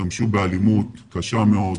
השתמשו באלימות קשה מאוד.